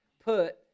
Put